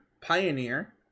Pioneer